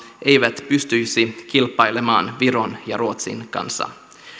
eivät pystyisi kilpailemaan viron ja ruotsin kanssa